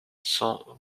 cents